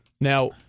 Now